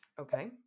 Okay